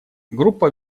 группа